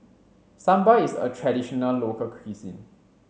Sambar is a traditional local cuisine